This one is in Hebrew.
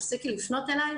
תפסיקי לפנות אלי,